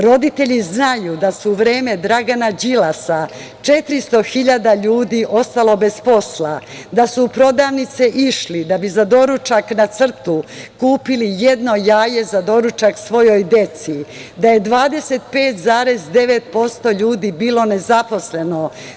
Roditelji znaju da su u vreme Dragana Đilasa 400.000 ljudi ostalo bez posla, da su u prodavnice išli da bi za doručak na crtu kupili jedno jaje za doručak svojoj deci, da je 25,9% ljudi bilo nezaposleno.